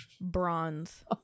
bronze